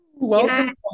Welcome